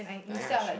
ah ya sure